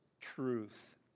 truth